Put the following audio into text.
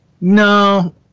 No